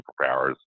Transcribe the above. superpowers